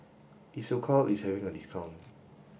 Isocal is having a discount